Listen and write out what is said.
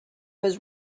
was